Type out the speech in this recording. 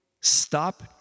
Stop